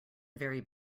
very